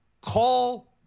call